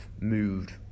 moved